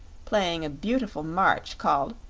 playing a beautiful march called,